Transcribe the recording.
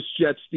Jets